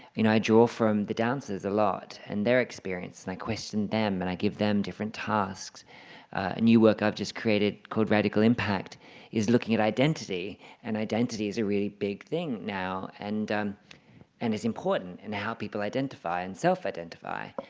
and i draw from the dancers a lot and their experiences and i question them and i give them different tasks. a new work i've just created called radical impact is looking at identity and identity is a really big thing now and and is important in how people identify and self-identify.